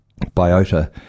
biota